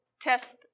test